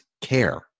care